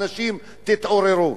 אנשים, תתעוררו.